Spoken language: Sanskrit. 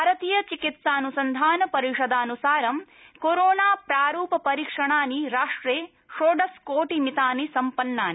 भारतीय चिकित्सानुसन्धान परिषदानुसारं कोरोना प्रारूप परीक्षणानि राष्ट्रे षोडश कोटि मितानि सम्पन्नानि